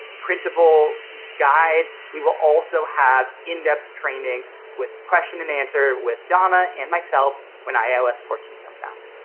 printable guide, we will also have in depth training with question and answer with donna and myself when ios fourteen comes out.